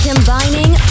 combining